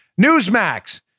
Newsmax